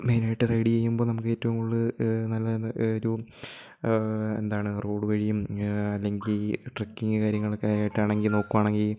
main ആയിട്ട് ride ചെയ്യുമ്പോൾ നമുക്ക് ഏറ്റവും കൂടുതൽ നല്ല എന്താ ഒരു എന്താണ് റോഡ് വഴിയും അല്ലെങ്കിൽ ട്രക്കിങ് കാര്യങ്ങളൊക്കെ ആയിട്ടാണെങ്കിൽ നോക്കുവാണെങ്കിൽ